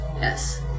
yes